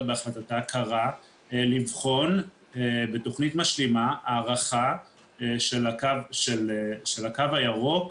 בהחלטתה קראה לבחון בתכנית משלימה הארכה של הקו הירוק,